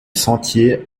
sentier